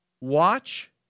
Watch